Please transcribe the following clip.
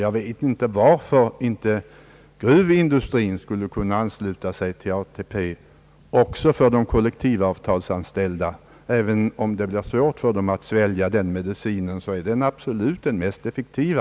Jag vet inte varför gruvindustrin inte skulle kunna anlita ITP-systemet även beträffande de kollektivavtalsanställda. även om det kan bli svårt att svälja den medicinen, är den säkert den mest effektiva.